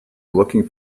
looking